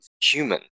human